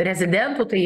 rezidentų tai